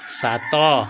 ସାତ